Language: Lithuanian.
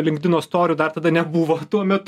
linkdino storių dar tada nebuvo tuomet